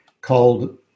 called